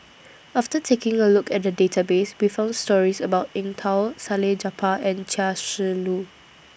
after taking A Look At The Database We found stories about Eng Tow Salleh Japar and Chia Shi Lu